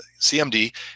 CMD